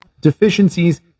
deficiencies